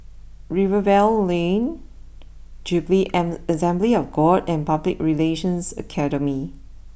Rivervale Lane Jubilee Assembly of God and Public Relations Academy